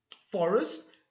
forest